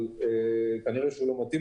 אבל כנראה שהוא לא מתאים,